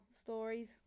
stories